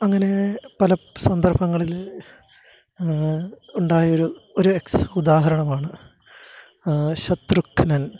അങ്ങനെ പല സന്ദര്ഭങ്ങളിൽ ഉണ്ടായ ഒരു ഒരു ഉദാഹരണമാണ് ശത്രുഘ്നന്